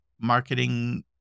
marketing